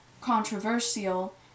controversial